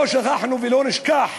לא שכחנו ולא נשכח